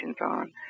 on